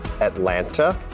Atlanta